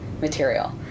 material